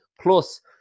Plus